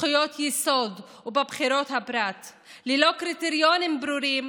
בזכויות יסוד ובחירויות הפרט ללא קריטריונים ברורים.